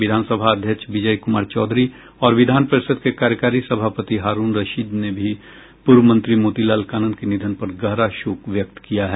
विधानसभा अध्यक्ष विजय कुमार चौधरी और विधान परिषद के कार्यकारी सभापति हारूण रशीद ने भी पूर्व मंत्री मोती लाल कानन के निधन पर गहरा शोक व्यक्त किया है